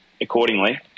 accordingly